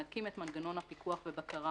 מהדקים את מנגנון הפיקוח והבקרה